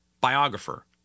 biographer